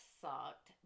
sucked